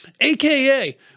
AKA